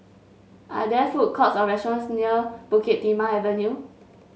are there food courts or restaurants near Bukit Timah Avenue